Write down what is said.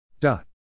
dot